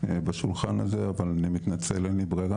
בשולחן הזה, אבל אני מתנצל, אין לי ברירה.